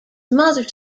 mother